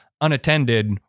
unattended